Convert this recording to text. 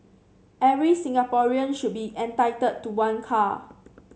every Singaporean should be entitled to one car